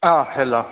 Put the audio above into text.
অঁ হেল্ল'